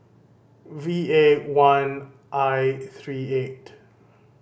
V A one I three eight